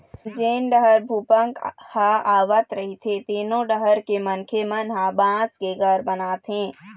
जेन डहर भूपंक ह आवत रहिथे तेनो डहर के मनखे मन ह बांस के घर बनाथे